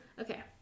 Okay